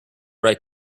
right